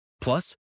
Plus